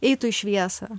eitų į šviesą